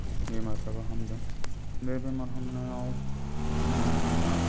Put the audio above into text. बेमारफ्राबो हामदों बे बेमार हामनायाव जोंहा